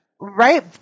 right